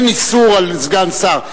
אין איסור על סגן שר.